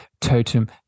totem